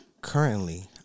currently